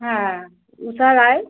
হ্যাঁ ঊষা রায়